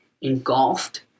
engulfed